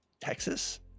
Texas